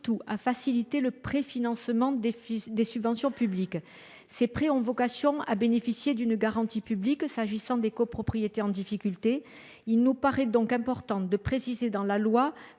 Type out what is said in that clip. faciliter le préfinancement des subventions publiques. Ces prêts ont vocation à bénéficier d’une garantie publique dans les copropriétés en difficulté. Il nous paraît donc important de préciser dans la loi